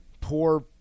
poor